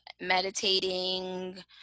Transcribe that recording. meditating